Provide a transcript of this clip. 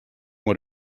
what